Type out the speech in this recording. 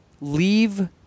leave